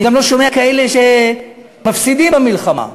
אני גם לא שומע כאלה שמפסידים במלחמה.